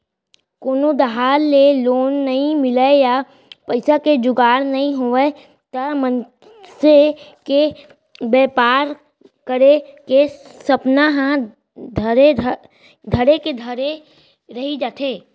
कोनो डाहर ले लोन नइ मिलय या पइसा के जुगाड़ नइ होवय त मनसे के बेपार करे के सपना ह धरे के धरे रही जाथे